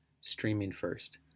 Streaming-first